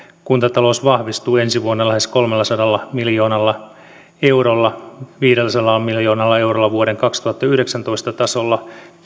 kuntatalous vahvistuu ensi vuonna lähes kolmellasadalla miljoonalla eurolla viidelläsadalla miljoonalla eurolla vuoden kaksituhattayhdeksäntoista tasolla